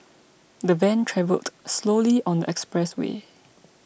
the van travelled slowly on the expressway